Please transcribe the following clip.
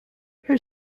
her